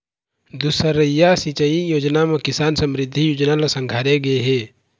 दुसरइया सिंचई योजना म किसान समरिद्धि योजना ल संघारे गे हे